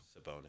Sabonis